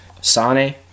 Sane